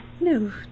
No